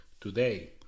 Today